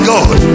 God